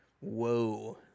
whoa